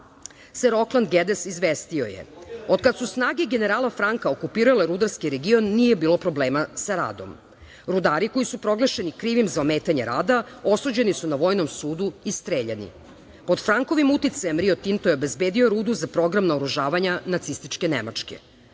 ser Oukland Gedes izvestio je - od kada su snage generala Franka okupirale rudarski region nije bilo problema sa radom, rudari koji su proglašeni krivim za ometanje rada osuđeni su na vojnom sudu i streljani, pod Frankovim uticajem Rio Tinto je obezbedio rudu za program naoružavanja Nacističke Nemačke.U